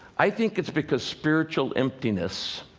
i think it's because spiritual emptiness